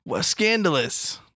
scandalous